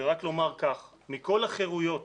ורק לומר כך, מכל החירויות,